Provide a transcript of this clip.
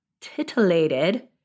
titillated